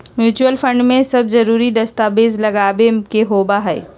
mutual fund में सब जरूरी दस्तावेज लगावे के होबा हई